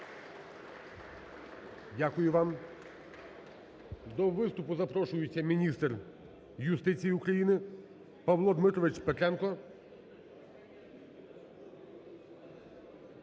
Дякую вам. До виступу запрошується Міністр юстиції України Павло Дмитрович Петренко.